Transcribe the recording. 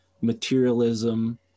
materialism